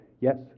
yes